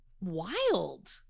wild